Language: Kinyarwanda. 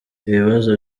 ibibazo